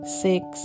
six